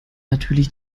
natürlich